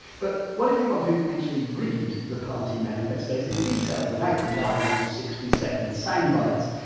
but what if you want to actually read the party manifestos in detail without relying on sixty second soundbites?